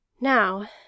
Now